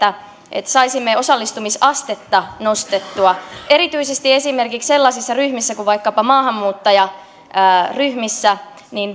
että saisimme osallistumisastetta nostettua erityisesti esimerkiksi sellaisissa ryhmissä kuin vaikkapa maahanmuuttajaryhmissä